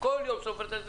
כל יום סופר,